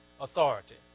authority